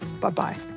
Bye-bye